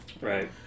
Right